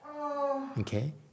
Okay